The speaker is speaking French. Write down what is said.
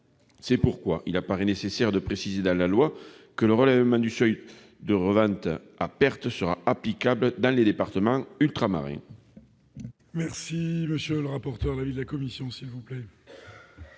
C'est pourquoi il apparaît nécessaire de préciser dans la loi que le relèvement du seuil de revente à perte sera applicable dans les départements ultramarins.